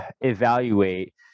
evaluate